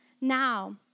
now